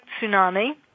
Tsunami